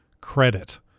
credit